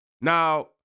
Now